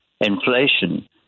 inflation